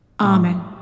Amen